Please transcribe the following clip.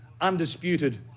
undisputed